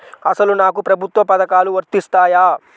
అసలు నాకు ప్రభుత్వ పథకాలు వర్తిస్తాయా?